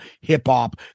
hip-hop